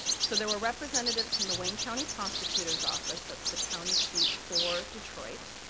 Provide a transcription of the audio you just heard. so, there were representatives from the wayne county prosecutors office, that's the county seat for detroit,